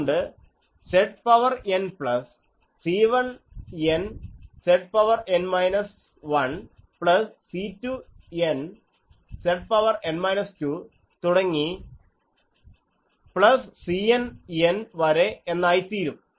അതുകൊണ്ട് ഇത് ZN plus C1N ZN 1 plus C2N ZN 2 തുടങ്ങി പ്ലസ് CNN വരെ എന്നായിത്തീരും